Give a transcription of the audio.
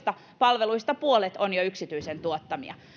palveluista puolet on jo yksityisen tuottamia